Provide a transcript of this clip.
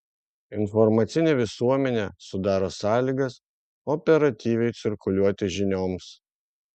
informacinė visuomenė sudaro sąlygas operatyviai cirkuliuoti žinioms